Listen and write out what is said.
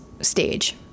stage